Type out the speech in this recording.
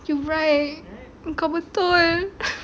you're right kau betul